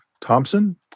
Thompson